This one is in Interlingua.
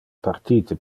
partite